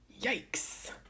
Yikes